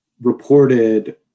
reported